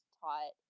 taught